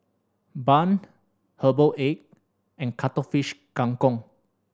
Bun Herbal Egg and Cuttlefish Kang Kong